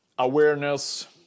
Awareness